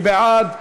מי בעד?